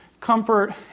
comfort